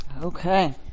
Okay